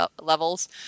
levels